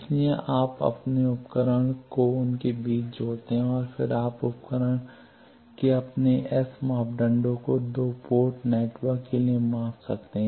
इसलिए आप अपने उपकरण को उनके बीच जोड़ते हैं और फिर आप उपकरण के अपने एस मापदंडों को दो पोर्ट नेटवर्क के लिए माप सकते हैं